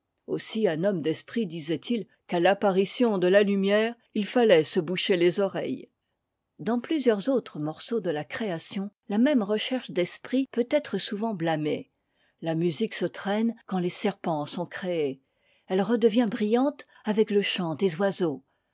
aussi un homme d'esprit disait-il qu'à np art ok de la lumière il fallait se boucher les ore m dans plusieurs autres morceaux de la création la même recherche d'esprit peut être souvent blâmée la musique se traîne quand les serpents sont créés elle redevient brillante avec le chant des oiseaux